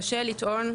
קשה לטעון,